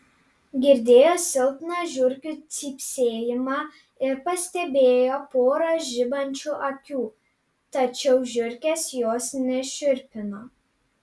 girdėjo silpną žiurkių cypsėjimą ir pastebėjo porą žibančių akių tačiau žiurkės jos nešiurpino